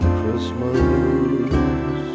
Christmas